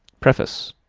preface